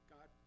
God